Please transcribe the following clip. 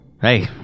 Hey